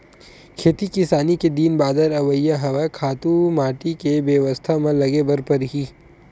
खेती किसानी के दिन बादर अवइया हवय, खातू माटी के बेवस्था म लगे बर परही